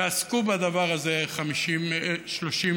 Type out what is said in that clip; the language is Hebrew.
ועסקו בדבר הזה 30 דקות.